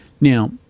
Now